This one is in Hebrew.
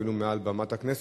אפילו מעל במת הכנסת,